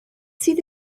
sydd